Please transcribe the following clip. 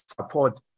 support